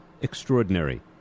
extraordinary